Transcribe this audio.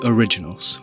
Originals